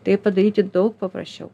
tai padaryti daug paprasčiau